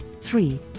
three